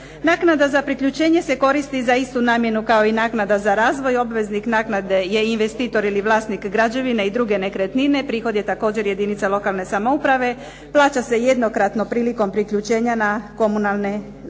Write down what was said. Naknada za priključenje se koristi za istu namjenu kao i naknada za razvoj. Obveznik naknade je investitor ili vlasnik građevine i druge nekretnine. Prihod je također jedinica lokalne samouprave. Plaća se jednokratno prilikom priključenja na komunalne i vodne